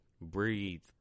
Breathe